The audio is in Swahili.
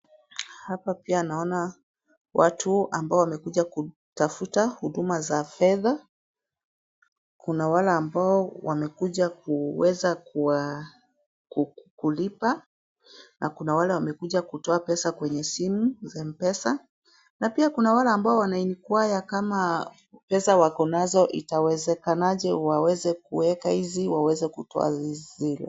Hapa pia naona, watu ambao wamekuja kutafuta huduma za fedha, kuna wale ambao wamekuja kuweza kuwa kulipa na kuna wale wamekuja kutoa pesa kwenye simu za M-Pesa na pia kuna wale ambao wanainquire kama pesa wako nazo itawezekanaje waweze kuweka hizi, waweze kutoa zile.